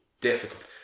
difficult